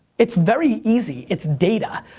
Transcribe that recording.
it's very easy. it's data.